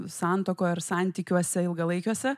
santuokoj ar santykiuose ilgalaikiuose